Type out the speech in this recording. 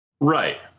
Right